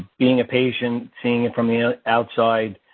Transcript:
being a patient, seeing it from the outside,